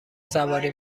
سواری